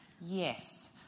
yes